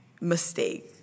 Mistake